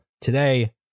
today